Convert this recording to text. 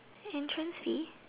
entrance